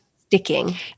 sticking